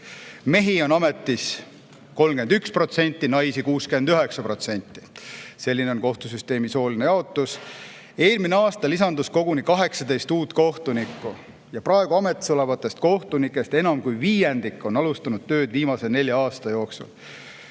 mehi on ametis 31%, naisi 69%. Selline on kohtusüsteemis sooline jaotus. Eelmisel aastal lisandus koguni 18 uut kohtunikku ja praegu ametis olevatest kohtunikest enam kui viiendik on alustanud tööd viimase nelja aasta jooksul.